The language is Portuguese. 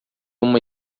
uma